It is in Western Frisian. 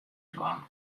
dwaan